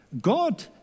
God